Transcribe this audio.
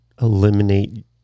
eliminate